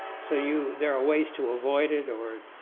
so you there are ways to avoid it or